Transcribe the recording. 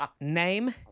Name